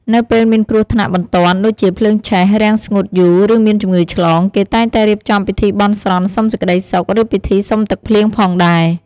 នៅពេលមានគ្រោះថ្នាក់បន្ទាន់ ដូចជាភ្លើងឆេះ រាំងស្ងួតយូរ ឬមានជំងឺឆ្លង គេតែងតែរៀបចំពិធីបន់ស្រន់សុំសេចក្តីសុខឬពិធីសុំទឹកភ្លៀងផងដែរ។